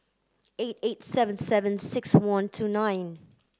eight eight seven seven six one two nine